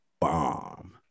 bomb